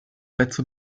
pezzo